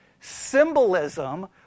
symbolism